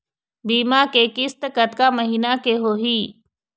बीमा के किस्त कतका महीना के होही?